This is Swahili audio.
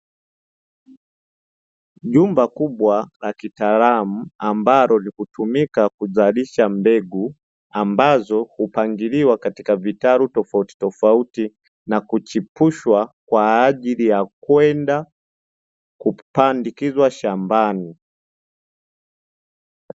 Jumba kubwa la kitaalamu, ambalo linatumika kuzalisha mbegu ambazo hupangiliwa katika vitalu tofautitofauti na kuchipushwa kwa ajili ya kwenda kupandikizwa shambani.